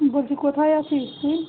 বলছি কোথায় আছিস তুই